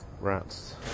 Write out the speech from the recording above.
rats